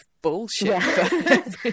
bullshit